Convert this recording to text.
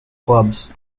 clubs